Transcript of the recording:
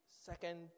second